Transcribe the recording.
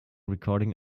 recording